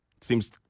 Seems